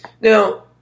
Now